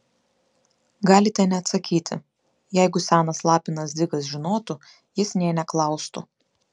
galite neatsakyti jeigu senas lapinas dzigas žinotų jis nė neklaustų